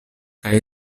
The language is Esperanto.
kaj